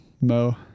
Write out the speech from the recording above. Mo